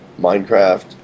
Minecraft